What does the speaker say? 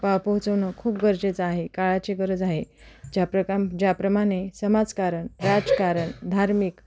पाव पोहोचवणं खूप गरजेचं आहे काळाची गरज आहे ज्या प्रकाम ज्याप्रमाणे समाजकारण राजकारण धार्मिक